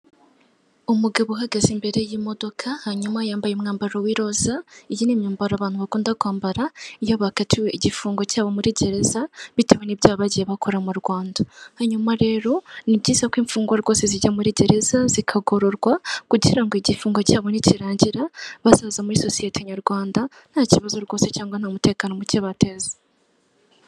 Umugabo uhagaze imbere y'imodoka hanyuma yambaye umwambaro w'iroza iyi ni imyambaro abantu bakunda kwambara iyo bakatiwe igifungo cyabo muri gereza bitewe n'ibyo bagiye bakora mu Rwanda hanyuma rero ni byiza ko imfungwa rwose zijya muri gereza zikagorororwa kugira ngo igifungo cyabo ntikirangira bazaza muri sosiyete nyarwanda nta kibazo rwose cyangwa nta mutekano mucye bateza.